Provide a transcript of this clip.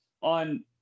on